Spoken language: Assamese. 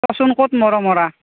কচোন ক'ত মৰ' মৰা